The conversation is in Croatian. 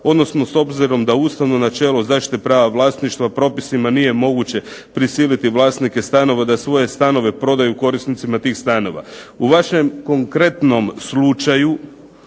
odnosno s obzirom da ustavno načelo zaštite prava vlasništva propisima nije moguće prisiliti vlasnike stanova da svoje stanove prodaju korisnicima tih stanova. U vašem konkretnom slučaju